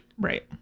Right